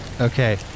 Okay